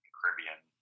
Caribbean